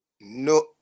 No